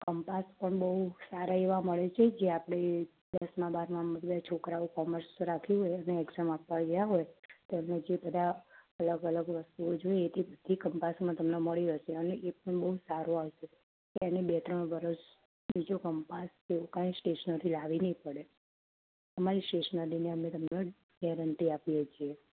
compass પણ બહુ સારા એવા મડે છે જે આપળે દસમા બારમાં છોકરાઓ કોમર્સ રાખ્યું હોય અને એક્ઝામ આપવા ગયા હોય તો જે બધા અલગ અલગ વસ્તુઓ જોઇતી કંપાસમાં તમને મડી રેસે એ પણ બહુ સારો આવસે એને બે ત્રણ વરસ એ જો કંપાસ એવું કાઇ સ્ટેશનરી લાવી નઇ પડે અમારી સ્ટેશનરીને અમે ગેરેન્ટી આપીએ છીએ